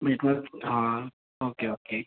मग हे तुम्हाला हां ओके ओके